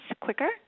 quicker